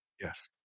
Yes